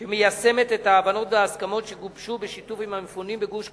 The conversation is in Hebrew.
שהיא מיישמת את ההבנות ואת ההסכמות שגובשו בשיתוף עם המפונים בגוש-קטיף